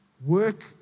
Work